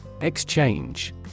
Exchange